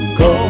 go